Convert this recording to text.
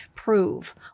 prove